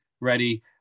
ready